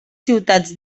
ciutats